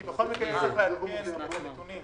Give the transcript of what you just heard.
כי בכל מקרה יהיה צריך לעדכן את הנתונים.